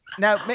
Now